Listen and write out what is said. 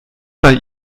bei